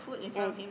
and